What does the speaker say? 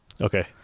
Okay